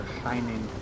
shining